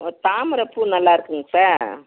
தாமரைப்பூ நல்லாயிருக்குங்க சார்